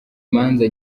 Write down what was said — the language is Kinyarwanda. imanza